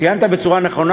ציינת נכון,